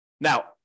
Now